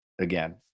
again